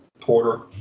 Porter